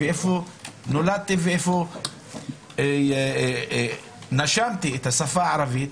איפה נולדתי ואיפה נשמתי את השפה הערבית,